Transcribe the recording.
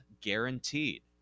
guaranteed